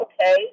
okay